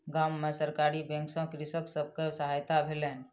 गाम में सरकारी बैंक सॅ कृषक सब के सहायता भेलैन